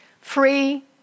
free